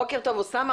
לכבוד הנציב,